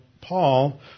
Paul